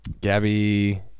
Gabby